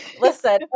listen